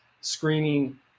screening